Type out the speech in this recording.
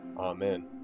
Amen